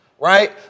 right